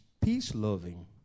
peace-loving